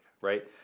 right